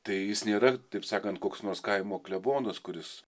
tai jis nėra taip sakant koks nors kaimo klebonas kuris